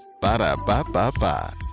Ba-da-ba-ba-ba